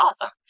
awesome